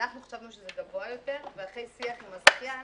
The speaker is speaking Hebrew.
אנחנו חשבנו שזה גבוה יותר, ואחרי שיח עם הזכיין,